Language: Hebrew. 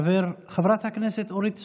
חברת הכנסת אורית סטרוק.